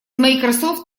microsoft